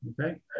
Okay